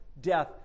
death